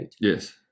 Yes